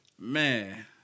Man